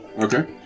Okay